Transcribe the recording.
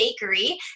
bakery